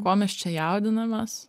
ko mes čia jaudinamės